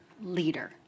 leader